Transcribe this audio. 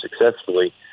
successfully